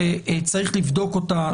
שצריך לבדוק אותה,